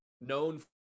Known